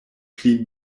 pli